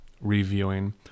reviewing